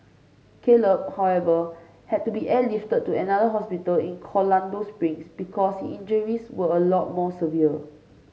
Caleb however had to be airlifted to another hospital in Colorado Springs because injuries were a lot more severe